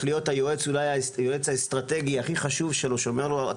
להיות היועץ אולי האסטרטגי הכי חשוב שלו שאומר לו,